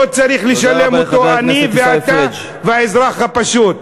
לא צריכים לשלם אותו אני ואתה והאזרח הפשוט.